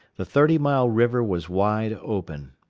the thirty mile river was wide open.